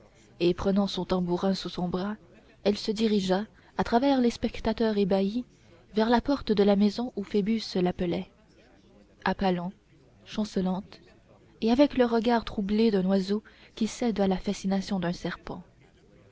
et prenant son tambourin sous son bras elle se dirigea à travers les spectateurs ébahis vers la porte de la maison où phoebus l'appelait à pas lents chancelante et avec le regard troublé d'un oiseau qui cède à la fascination d'un serpent